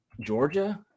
Georgia